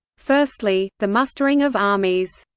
firstly, the mustering of armies.